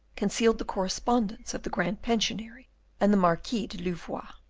concealed the correspondence of the grand pensionary and the marquis de louvois.